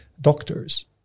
doctors